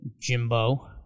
Jimbo